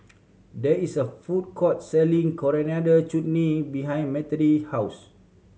there is a food court selling Coriander Chutney behind house